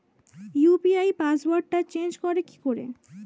UPI পাসওয়ার্ডটা change করে কি করে?